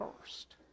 first